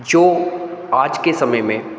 जो आज के समय में